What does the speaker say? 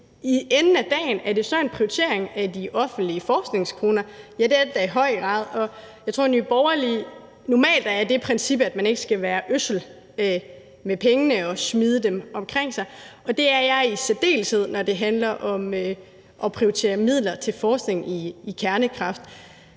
enden af dagen er det så en prioritering af de offentlige forskningskroner at gøre det? Ja, det er det da i høj grad. Jeg tror, at Nye Borgerlige normalt har det princip, at man ikke skal være ødsel med pengene og smide dem omkring sig, og det har jeg i særdeleshed, når det handler om at prioritere midler til forskning i kernekraft.